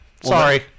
Sorry